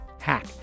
hack